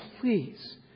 please